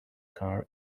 car